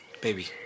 Baby